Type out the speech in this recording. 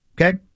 Okay